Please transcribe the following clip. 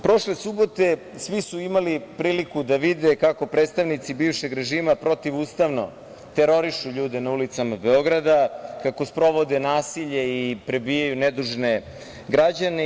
Prošle subote svi su imali priliku da vide kako predstavnici bivšeg režima protivustavno terorišu ljude na ulicama Beograda, kako sprovode nasilje i prebijaju nedužne građane.